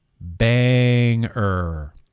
Banger